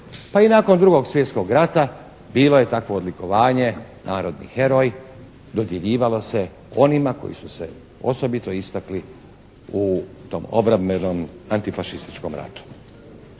Pa i nakon drugog svjetskog rata bilo je takvo odlikovanje "NARODNI HEROJ", dodjeljivalo se onima koji su se osobito istakli u tom obrambenom antifašističkom ratu.